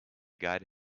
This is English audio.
guide